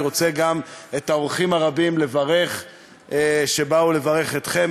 אני רוצה לברך גם את האורחים הרבים שבאו לברך אתכם,